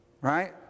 right